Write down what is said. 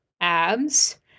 abs